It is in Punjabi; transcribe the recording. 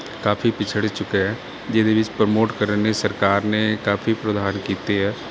ਕਾਫੀ ਪਿਛੜ ਚੁੱਕਿਆ ਜਿਹਦੇ ਵਿੱਚ ਪ੍ਰਮੋਟ ਕਰਨ ਲਈ ਸਰਕਾਰ ਨੇ ਕਾਫੀ ਪ੍ਰਦਾਰ ਕੀਤੇ ਆ